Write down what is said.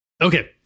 Okay